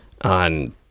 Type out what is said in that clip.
on